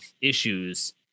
issues